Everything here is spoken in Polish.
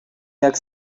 jak